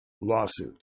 lawsuit